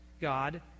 God